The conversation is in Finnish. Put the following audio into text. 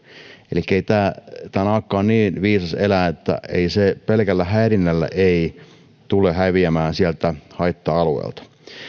elikkä naakka on niin viisas eläin ettei se pelkällä häirinnällä tule häviämään sieltä haitta alueelta